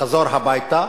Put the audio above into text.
חזור הביתה,